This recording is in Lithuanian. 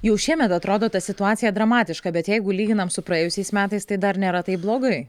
jau šiemet atrodo ta situacija dramatiška bet jeigu lyginam su praėjusiais metais tai dar nėra taip blogai